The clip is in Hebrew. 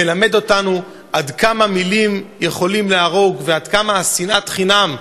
מלמד אותנו עד כמה מילים יכולות להרוג ועד כמה שנאת חינם,